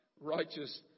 righteous